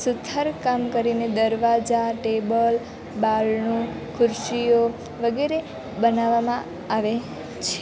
સુથારકામ કરીને દરવાજા ટેબલ બારણું ખુરશીઓ વગેરે બનાવવામાં આવે છે